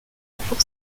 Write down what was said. pour